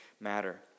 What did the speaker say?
matter